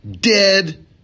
dead